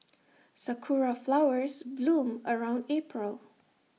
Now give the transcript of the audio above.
Sakura Flowers bloom around April